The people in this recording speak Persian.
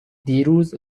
دیروز